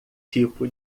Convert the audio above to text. tipo